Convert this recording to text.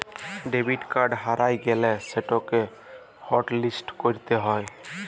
debit card হারাঁয় গ্যালে সেটকে হটলিস্ট ক্যইরতে হ্যয়